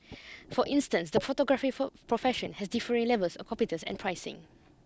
for instance the photography profession has differing levels of competence and pricing